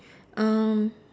um